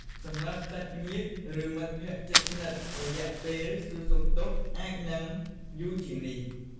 សម្រាប់សាច់ញាតិ ឬ មិត្តជិតស្និទ្ធ រយៈពេលសួរសុខទុក្ខអាចនឹងយូរជាងនេះ។